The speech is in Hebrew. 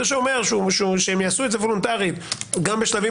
זה שאומר שיעשו את זה וולונטרית גם בשלבים